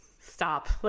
stop